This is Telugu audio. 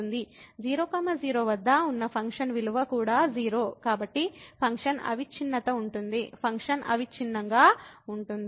0 0 వద్ద ఉన్న ఫంక్షన్ విలువ కూడా 0 కాబట్టి ఫంక్షన్ అవిచ్ఛిన్నత ఉంటుంది ఫంక్షన్ అవిచ్ఛిన్నంగా ఉంటుంది